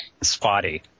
spotty